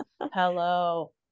hello